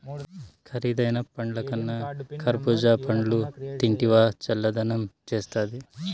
కరీదైన పండ్లకన్నా కర్బూజా పండ్లు తింటివా చల్లదనం చేస్తాది